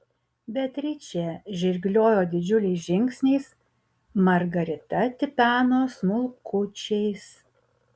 beatričė žirgliojo didžiuliais žingsniais margarita tipeno smulkučiais